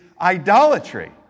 idolatry